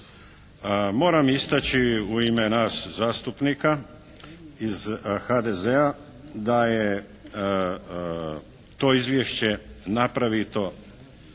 Moram istaći u ime nas zastupnika iz HDZ-a da je to izvješće napravito